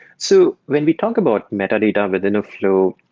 so when we talk about metadata within a flow,